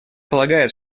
полагает